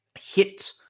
hit